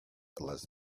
less